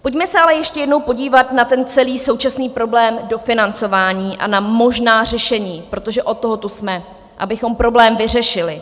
Pojďme se ale ještě jednou podívat na ten celý současný problém dofinancování a na možná řešení, protože od toho tu jsme, abychom problém vyřešili.